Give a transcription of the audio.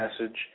message